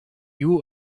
you